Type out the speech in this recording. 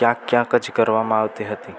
ક્યાંક ક્યાંક જ કરવામાં આવતી હતી